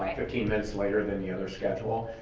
fifteen minutes later, than the other schedule.